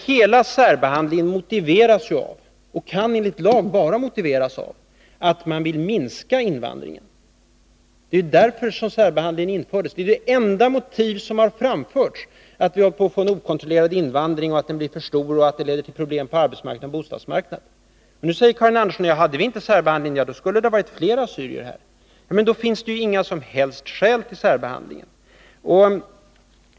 Hela särbehandlingen motiveras ju av — och kan enligt lag bara motiveras av — att man vill minska invandringen. Det är därför som särbehandlingen infördes. Det enda motiv som har anförts är att vi håller på att få en okontrollerad invandring, som blir för stor och leder till problem på arbetsmarknaden och bostadsmarknaden. Nu säger alltså Karin Andersson, att hade vi inte särbehandling, skulle det ha varit fler assyrier här. Men då finns det ju inga som helst skäl till särbehandlingen.